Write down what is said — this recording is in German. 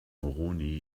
moroni